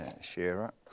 Shearer